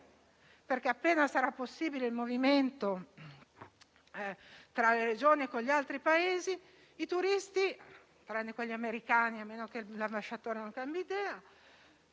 perché, appena sarà possibile il movimento tra le Regioni e con gli altri Paesi, i turisti (tranne quelli americani, a meno che l'ambasciatore non cambi idea)